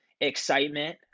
excitement